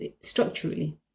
structurally